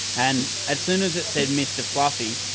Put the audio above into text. and as soon as it said mr fluffy,